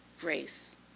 grace